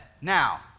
Now